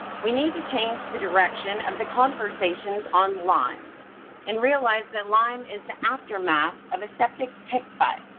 we need to change the direction of the conversations on lyme and realize that lyme is the aftermath of a septic tick bite.